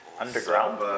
Underground